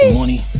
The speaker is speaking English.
money